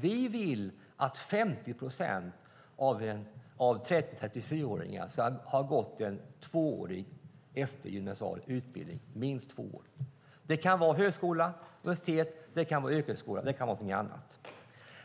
Vi vill att 50 procent av 30-34-åringarna ska ha gått en minst tvåårig eftergymnasial utbildning vid högskola, universitet, yrkesskola eller något annat.